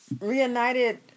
reunited